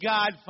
God